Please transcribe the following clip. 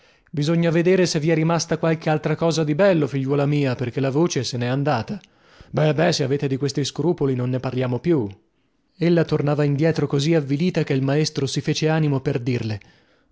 bisogna vedere se possedete qualcosaltro di bello figliuola mia perchè la voce se nè andata be be se avete di questi scrupoli non ne parliamo più ella tornava indietro così avvilita che il maestro si fece animo per dirle